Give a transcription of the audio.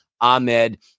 Ahmed